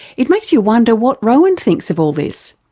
it makes you wonder what rowan thinks of all this?